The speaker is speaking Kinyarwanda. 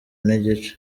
n’igice